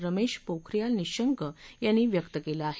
रमेश पोखरियाल निशंक यांनी व्यक्त केलं आहे